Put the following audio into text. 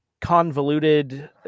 convoluted